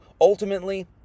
ultimately